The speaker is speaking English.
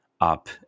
up